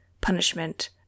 punishment